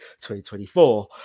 2024